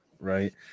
right